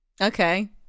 Okay